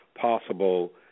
possible